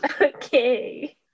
Okay